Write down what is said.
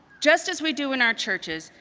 just as we do in our churches,